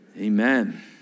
amen